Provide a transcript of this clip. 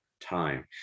time